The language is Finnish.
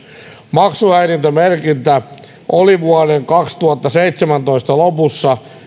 maksuhäiriömerkintä oli vuoden kaksituhattaseitsemäntoista lopussa